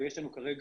ויש לנו כרגע,